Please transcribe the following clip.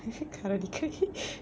கரடிக்~:karadik~